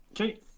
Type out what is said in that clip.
okay